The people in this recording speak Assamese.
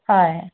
হয়